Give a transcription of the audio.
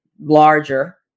larger